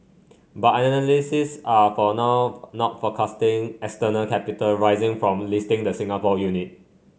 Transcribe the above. but analysts are for now not forecasting external capital raising from listing the Singapore unit